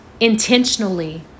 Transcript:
intentionally